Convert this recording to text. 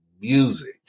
music